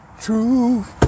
truth